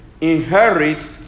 inherit